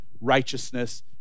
righteousness